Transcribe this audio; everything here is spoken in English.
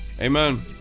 Amen